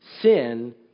sin